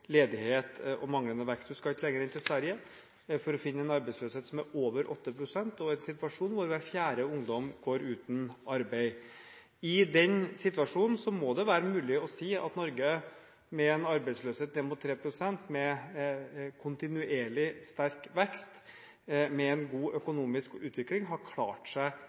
ledighet og manglende vekst. Man skal ikke lenger enn til Sverige for å finne en arbeidsløshet som er på over 8 pst., og der situasjonen er slik at hver fjerde ungdom går uten arbeid. I den situasjonen må det være mulig å si at Norge – med en arbeidsløshet på ned mot 3 pst., med kontinuerlig sterk vekst, med god økonomisk utvikling – har klart seg